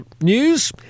news